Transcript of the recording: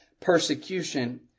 persecution